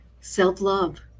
Self-love